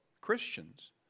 Christians